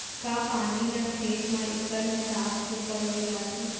का पानी ला खेत म इक्कड़ हिसाब से पलोय जाथे?